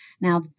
Now